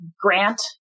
grant